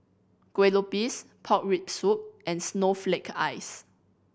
kue lupis pork rib soup and snowflake ice